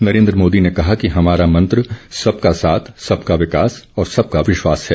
नरेन्द्र मोदी ने कहा कि हमारा मंत्र सबका साथ सबका विकास और सबका विश्वास है